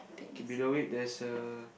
okay below it there is a